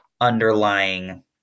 underlying